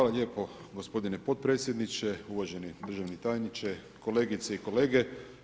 Hvala lijepo gospodine potpredsjedniče, uvaženi državni tajniče, kolegice i kolega.